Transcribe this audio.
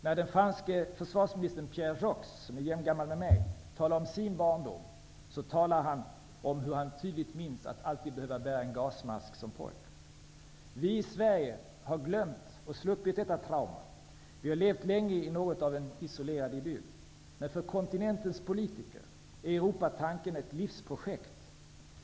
När den franske försvarsministern Pierre Joxe, som är jämngammal med mig, talar om sin barndom säger han att han tydligt minns att han som pojke alltid var tvungen att bära gasmask. Vi i Sverige har glömt och sluppit detta trauma. Vi har levt länge i något av en isolerad idyll. Men för kontinentens politiker är Europatanken ett livsprojekt.